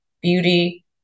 beauty